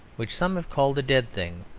which some have called a dead thing,